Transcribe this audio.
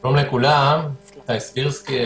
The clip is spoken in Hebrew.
אני איתי סבירסקי,